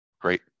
great